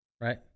right